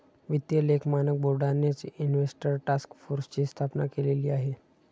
वित्तीय लेख मानक बोर्डानेच इन्व्हेस्टर टास्क फोर्सची स्थापना केलेली आहे